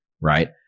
right